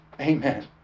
amen